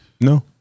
No